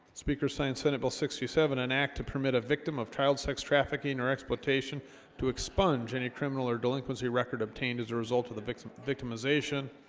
speakers signed senate bill sixty seven an act to permit a victim of child sex trafficking or exploitation to expunge any criminal or delinquency record obtained as a result of the victim victimization